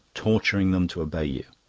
torturing them to obey you.